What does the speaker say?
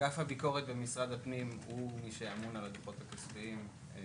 אגף הביקורת במשרד הפנים הוא האמון על הדוחות הכספיים.